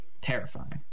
terrifying